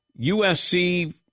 USC